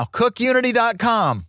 cookunity.com